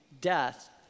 death